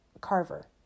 Carver